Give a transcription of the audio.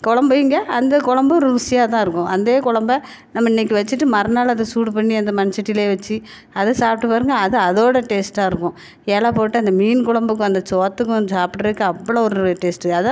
கொழம்பு வைங்க அந்த கொழம்பு ருசியாக தான் இருக்கும் அதே கொழம்ப நம்ம இன்னைக்கு வச்சிட்டு மறுநாள் அதை சூடு பண்ணி அந்த மண்சட்டிலேயே வச்சி அதை சாப்பிட்டு பாருங்க அது அதை விட டேஸ்ட்டாக இருக்கும் இல போட்டு அந்த மீன் கொழம்புக்கும் அந்த சோத்துக்கும் சாப்புடுறதுக்கு அவ்வளோ ஒரு டேஸ்ட்டு அதான்